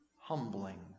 humbling